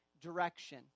direction